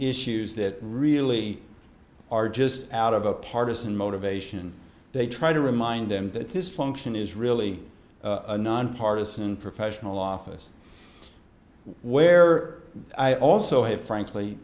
issues that really are just out of a partisan motivation they try to remind them that this function is really a nonpartisan professional office where i also have frankly